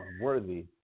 worthy